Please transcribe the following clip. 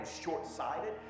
short-sighted